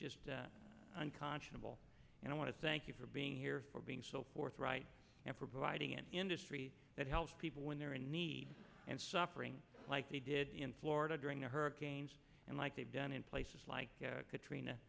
just unconscionable and i want to thank you for being here for being so forthright and providing an industry that helps people when they're in need and suffering like they did in florida during the hurricane and like they've done in places like katrina